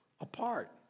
apart